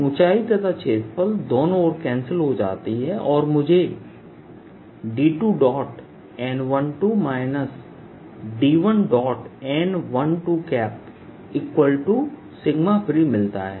ऊंचाई तथा क्षेत्रफल दोनों ओर से कैंसिल हो जाती हैं और मुझे D2n12 D1n12free मिलता है